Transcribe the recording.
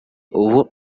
ubu